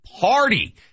party